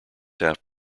half